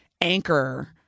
anchor